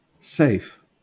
Safe